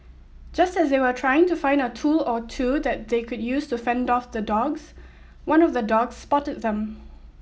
just as they were trying to find a tool or two that they could use to fend off the dogs one of the dogs spotted them